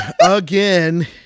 Again